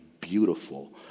beautiful